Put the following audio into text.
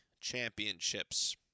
championships